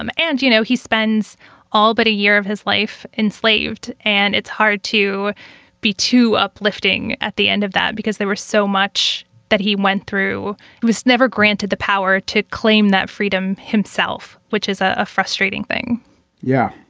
um and, you know, he spends all but a year of his life enslaved. and it's hard to be too uplifting at the end of that because there was so much that he went through. he was never granted the power to claim that freedom himself, which is a a frustrating thing yeah,